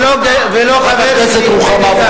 ולא חבר שלי, בני גנץ.